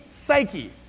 psyche